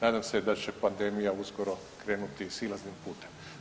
Nadam se da će pandemija uskoro krenuti silaznim putem.